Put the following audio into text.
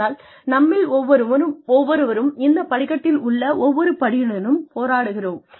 ஆனால் நம்மில் ஒவ்வொருவரும் இந்த படிக்கட்டில் உள்ள ஒவ்வொரு படியுடனும் போராடுகிறோம்